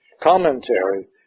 commentary